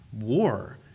war